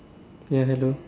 ya hello